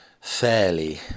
fairly